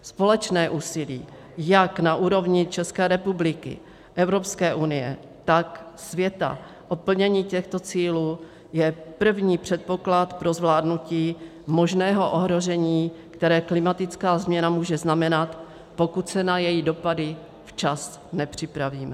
Společné úsilí jak na úrovni České republiky, Evropské unie, tak světa o plnění těchto cílů je první předpoklad pro zvládnutí možného ohrožení, které klimatická změna může znamenat, pokud se na její dopady včas nepřipravíme.